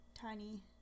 tiny